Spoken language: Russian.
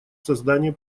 создание